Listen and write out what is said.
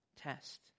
test